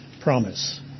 promise